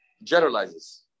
generalizes